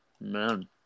Man